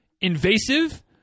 invasive